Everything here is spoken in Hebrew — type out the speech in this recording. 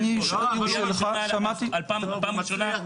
אני שמעתי --- אם יורשה לי,